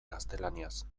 gaztelaniaz